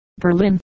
Berlin